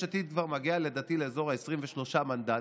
יש עתיד כבר מגיעה, לדעתי, לאזור ה-23 מנדטים.